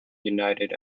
united